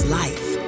life